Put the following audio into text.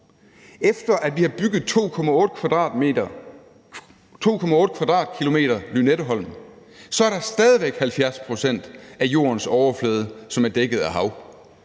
Efter at vi har bygget 2,8 km² Lynetteholm, er der stadig væk 70 pct. af jordens overflade, som er dækket af hav.